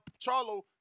Charlo